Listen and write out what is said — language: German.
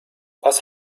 was